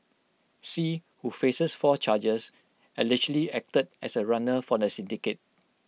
see who faces four charges allegedly acted as A runner for the syndicate